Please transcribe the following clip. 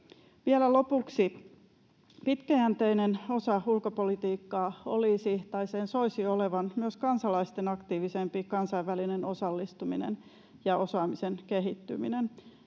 Vielä lopuksi: Pitkäjänteinen osa ulkopolitiikkaa olisi tai sen soisi olevan myös kansalaisten aktiivisempi kansainvälinen osallistuminen ja osaamisen kehittyminen.